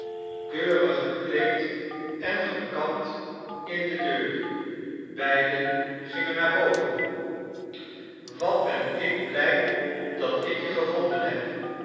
keurig gekleed en gekapt in de deur beiden gingen naar boven wat ben ik blij dat ik je gevonden heb